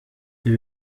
ibi